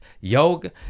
yoga